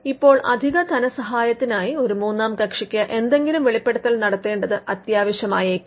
ഇപ്പോൾ അധിക ധനസഹാത്തിനായി ഒരു മൂന്നാം കക്ഷിക്ക് എന്തെങ്കിലും വെളിപ്പെടുത്തൽ നടത്തേണ്ടത് അത്യാവശ്യമായേക്കാം